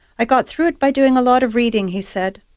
i got through it by doing a lot of reading he said.